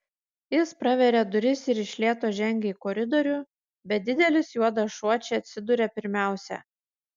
jis praveria duris ir iš lėto žengia į koridorių bet didelis juodas šuo čia atsiduria pirmiausia